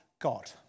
God